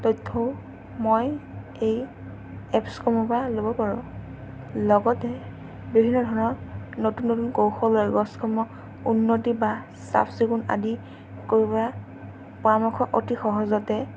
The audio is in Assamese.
তথ্যও মই এই এপছসমূহৰ পৰা ল'ব পাৰোঁ লগতে বিভিন্ন ধৰণৰ নতুন নতুন কৌশল এই গছসমূহ উন্নতি বা চাফ চিকুণ আদি কৰিব পৰা পৰামৰ্শ অতি সহজতে